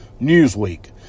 Newsweek